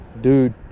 dude